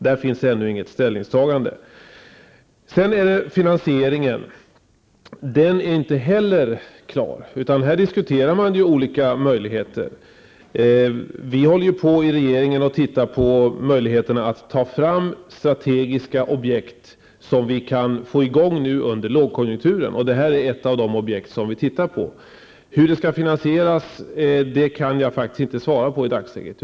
Där finns ännu inget ställningstagande. Finansieringen är inte heller klar. Man diskuterar olika möjligheter. Regeringen håller på att försöka ta fram strategiska objekt som vi kan få i gång nu under lågkonjunkturen. Detta är ett av de objekt vi tittar på. Hur det skall finansieras kan jag faktiskt inte svara på i dagsläget.